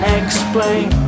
explain